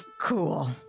Cool